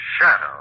Shadow